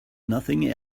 nothing